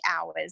hours